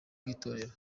bw’itorero